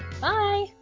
Bye